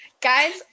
guys